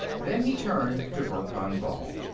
then he turned to verkan vall.